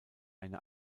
eine